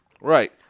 Right